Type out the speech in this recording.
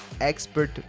Expert